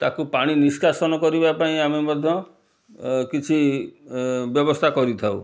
ତାକୁ ପାଣି ନିଷ୍କାସନ କରିବା ପାଇଁ ଆମେ ମଧ୍ୟ କିଛି ବ୍ୟବସ୍ଥା କରିଥାଉ